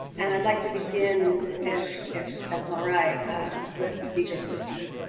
and i'd like to begin if if that's all right with vijay gupta.